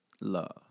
Love